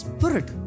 Spirit